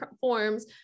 forms